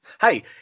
Hey